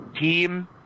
team